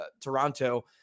Toronto